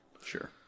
Sure